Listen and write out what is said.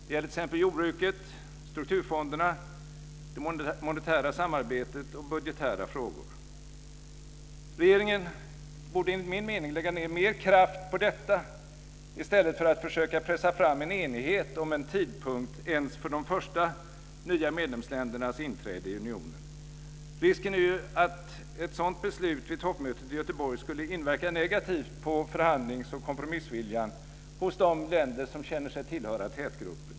Det gäller t.ex. jordbruket, strukturfonderna, det monetära samarbetet och budgetära frågor. Regeringen borde enligt min mening lägga ned mer kraft på detta än på att försöka pressa fram enighet om en tidpunkt bara för de första nya medlemsländernas inträde i unionen. Risken är ju att ett sådant beslut vid toppmötet i Göteborg skulle inverka negativt på förhandlings och kompromissviljan hos de länder som känner sig tillhöra tätgruppen.